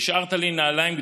השארת לי נעליים גדולות,